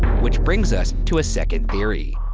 which brings us to a second theory.